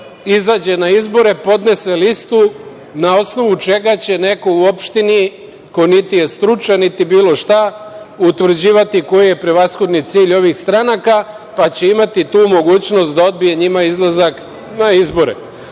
izađe na izbore, podnese listu, na osnovu čega će neko u opštini ko niti je stručan, niti bilo šta utvrđivati ko je prevashodni cilj ovih stranaka, pa će imati tu mogućnost da odbije njima izlazak na izbore? Ovo